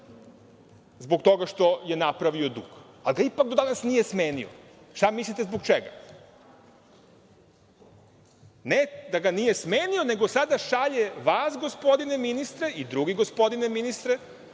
zbog toga što je napravio dug, ali ga ipak do danas nije smenio. Šta mislite zbog čega? Ne da ga nije smenio, nego sada šalje vas, gospodine ministre, i drugi gospodine ministre,